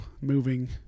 moving